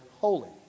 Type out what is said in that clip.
holy